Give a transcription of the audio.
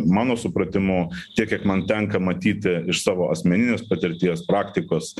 mano supratimu tiek kiek man tenka matyti iš savo asmeninės patirties praktikos